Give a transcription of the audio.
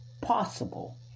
possible